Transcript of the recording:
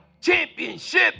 Championship